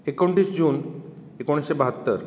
एकोणतीस जून एकोणिसशें बात्तर